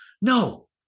No